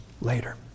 later